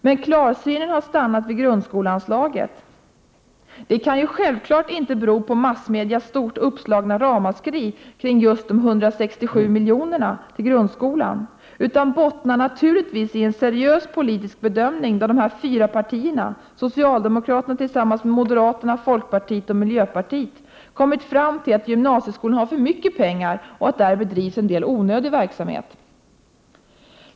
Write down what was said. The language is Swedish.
Men klarsynen har stannat vid grundskoleanslaget. Det kan självfallet inte bero på massmedias stort uppslagna ramaskri kring de 167 miljonerna till grundskolan, utan bottnar naturligtvis i en seriös politisk bedömning där dessa fyra partier, socialdemokraterna tillsammans med moderaterna, folkpartiet och miljöpartiet, kommit fram till att gymnasieskolan har för mycket pengar och att där bedrivs en del onödig verksamhet.